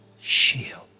shield